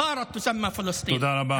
וכבר נקראת פלסטין.") תודה רבה.